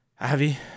Avi